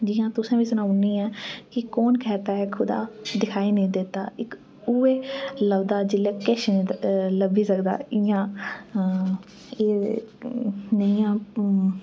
जियां तुसें वि सनाऊ नीं ऐ कि कौन कैह्ता है खुदा दिखाई नहीं देता इक उऐ लभ्बदा जिसलै किश न लब्भी सकदा इ'यां एह् नेहियां